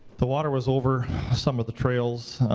the water was over some of the trails.